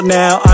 now